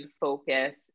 focus